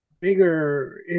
bigger